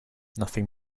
nothing